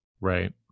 Right